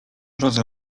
drodze